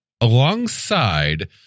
alongside